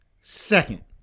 second